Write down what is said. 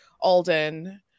Alden